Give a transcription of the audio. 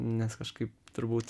nes kažkaip turbūt